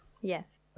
Yes